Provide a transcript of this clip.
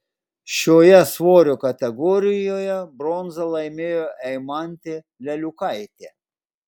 šioje svorio kategorijoje bronzą laimėjo eimantė leliukaitė